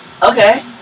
Okay